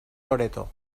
loreto